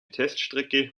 teststrecke